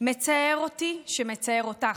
מצער אותי שמצער אותך.